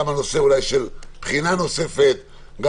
גם על הנושא של בחינה נוספת אולי,